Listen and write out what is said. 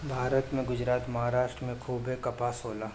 भारत में गुजरात, महाराष्ट्र में खूबे कपास होला